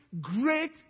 great